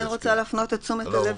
אבל אני רוצה להפנות את תשומת הלב